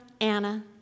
Anna